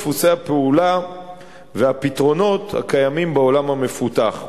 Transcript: דפוסי הפעולה והפתרונות הקיימים בעולם המפותח.